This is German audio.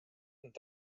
und